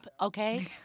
okay